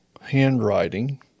handwriting